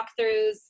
walkthroughs